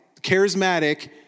charismatic